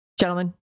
gentlemen